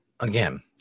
Again